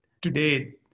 today